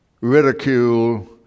ridicule